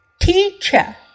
teacher